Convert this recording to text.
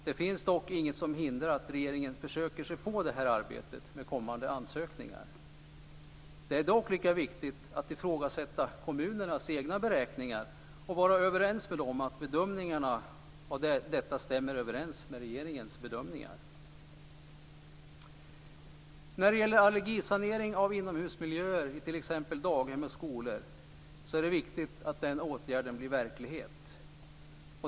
Det finns dock inget som hindrar att regeringen försöker sig på detta arbete vid kommande ansökningar. Men det är lika viktigt att ifrågasätta kommunernas egna beräkningar och vara överens med kommunerna om att deras bedömningar stämmer överens med regeringens. Det är viktigt att åtgärden för allergisanering av inomhusmiljöer i t.ex. daghem och skolor blir verklighet.